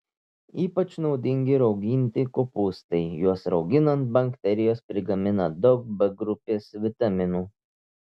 ypač naudingi rauginti kopūstai juos rauginant bakterijos prigamina daug b grupės vitaminų